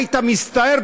היית מסתער,